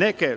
Neke